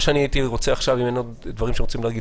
אם אין דברים נוספים,